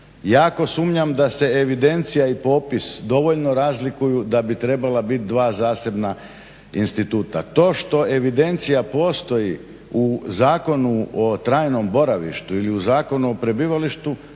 jako sumnjam da se evidencija i popis dovoljno razlikuju da bi trebala biti 2 zasebna instituta. To što evidencija postoji u Zakonu o trajnom boravištu ili u Zakonu o prebivalištu